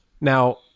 Now